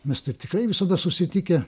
mes taip tikrai visada susitikę